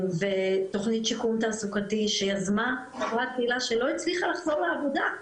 ותכנית שיקום תעסוקתי שיזמה מחלימה שלא הצליחה לחזור לעבודה,